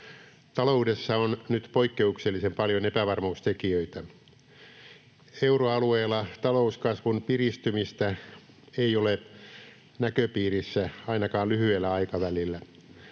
Taloudessa on nyt poikkeuksellisen paljon epävarmuustekijöitä. Euroalueella talouskasvun piristymistä ei ole näköpiirissä ainakaan lyhyellä aikavälillä.